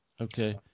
Okay